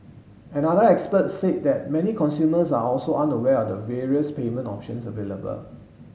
another expert said that many consumers are also unaware of the various payment options available